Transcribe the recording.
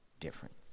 difference